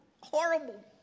horrible